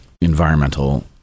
environmental